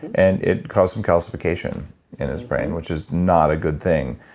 and it caused some calcification in his brain which is not a good thing.